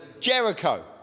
Jericho